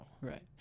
Right